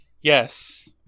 Yes